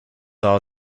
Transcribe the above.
are